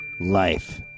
Life